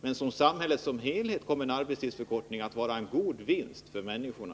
Men för samhället som helhet kommer en arbetstidsförkortning att vara en god vinst för människorna.